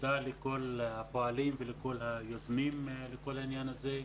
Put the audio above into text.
תודה לכל הפועלים ולכל היוזמים בעניין הזה.